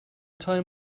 time